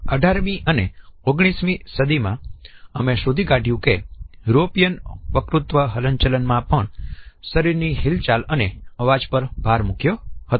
18મી અને 19મી સદી માં આપણે શોધી કાઢ્યું કે યુરોપિયન વકતૃત્વ હિલચાલમાં પણ શરીરના હિલનચલન અને અવાજ પર ભાર મૂક્યો હતો